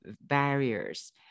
barriers